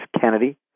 Kennedy